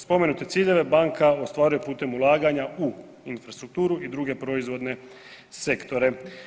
Spomenute ciljeve banka ostvaruje putem ulaganja u infrastrukturu i druge proizvodne sektore.